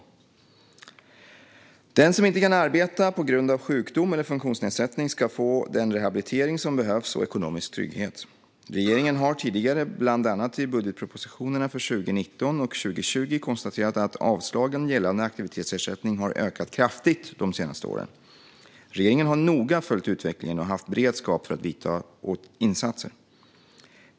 Den som inte kan arbeta på grund av sjukdom eller funktionsnedsättning ska få den rehabilitering som behövs och ekonomisk trygghet. Regeringen har tidigare, bland annat i budgetpropositionerna för 2019 och 2020, konstaterat att avslagen gällande aktivitetsersättning har ökat kraftigt de senaste åren. Regeringen har noga följt utvecklingen och haft beredskap för att göra insatser.